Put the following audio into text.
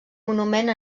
monument